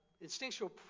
instinctual